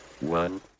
one